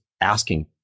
asking